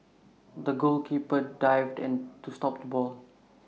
the goalkeeper dived to stop the ball